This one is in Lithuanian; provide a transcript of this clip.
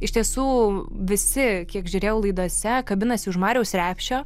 iš tiesų visi kiek žiūrėjau laidose kabinasi už mariaus repšio